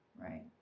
right